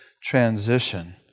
transition